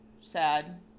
sad